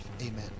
amen